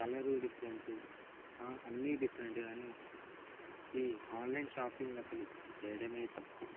colour different అన్నీ డిఫరెంట్గానే వస్తుంది ఈ ఆన్లైన్ షాపింగ్ అసలు చేయడమే తప్పు